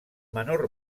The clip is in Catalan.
menor